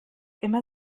immer